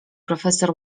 profesor